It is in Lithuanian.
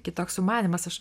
kitoks sumanymas aš